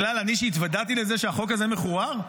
בכלל, כשהתוודעתי לזה שהחוק הזה מחורר,